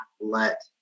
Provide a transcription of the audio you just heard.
let